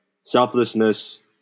Selflessness